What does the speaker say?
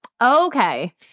Okay